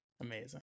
Amazing